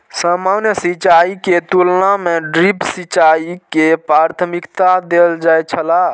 सामान्य सिंचाई के तुलना में ड्रिप सिंचाई के प्राथमिकता देल जाय छला